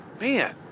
man